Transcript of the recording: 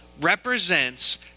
represents